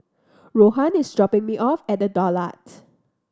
Rohan is dropping me off at The Daulat